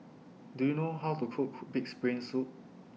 Do YOU know How to Cook Cook Pig'S Brain Soup